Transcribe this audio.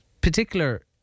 particular